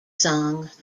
songs